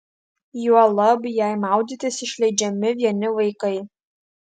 juolab jei maudytis išleidžiami vieni vaikai